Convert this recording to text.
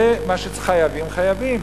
זה מה שחייבים, חייבים.